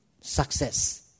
Success